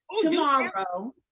tomorrow